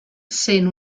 sent